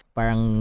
parang